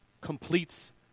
completes